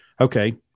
Okay